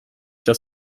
das